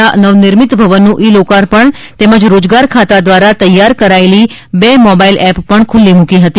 ના નવનિર્મિત ભવનનું ઇ લોકાર્પણ તેમજ રોજગાર ખાતા દ્વારા તૈયાર કરાયેલી બે મોબાઇલ એપ પણ ખુલ્લી મૂકી હતી